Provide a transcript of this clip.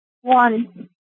one